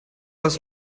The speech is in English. was